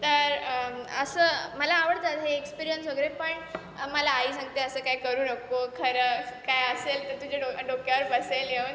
तर असं मला आवडतं हे एक्स्पिरीयन्स वगैरे पण मला आई सांगते असं काही करू नको खरं काही असेल तर तुझ्या डो डोक्यावर बसेल येऊन